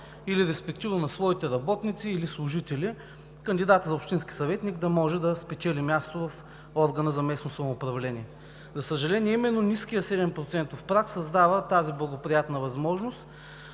или респективно на своите работници или служители кандидатът за общински съветник да може да спечели място в органа за местно самоуправление. За съжаление, именно ниският седемпроцентов праг създава тази благоприятна възможност